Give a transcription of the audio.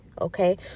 okay